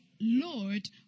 lord